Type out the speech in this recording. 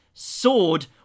Sword